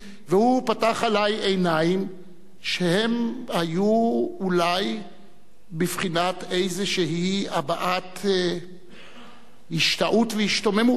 והוא פתח עלי עיניים אולי בבחינת איזושהי הבעת השתאות והשתוממות.